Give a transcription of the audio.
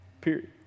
period